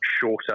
shorter